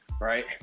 right